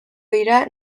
dira